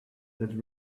that